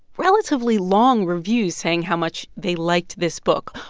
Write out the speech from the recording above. relatively long reviews saying how much they liked this book.